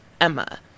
Emma